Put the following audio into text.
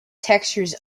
textures